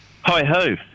Hi-ho